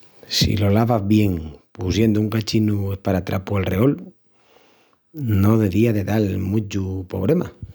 Si lo lavas bien pusiendu un cachinu esparatrapu alreol no devía de dal muchu pobrema,